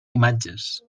imatges